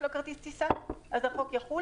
אם יש לו כרטיס טיסה החוק יחול.